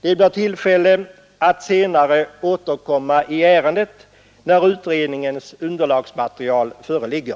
Det blir tillfälle att senare återkomma i ärendet, när utredningens underlagsmaterial föreligger.